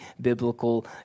biblical